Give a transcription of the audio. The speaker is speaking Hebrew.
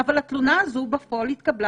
אבל התלונה הזאת בפועל התקבלה